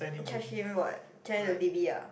charge him what charge him to d_b ah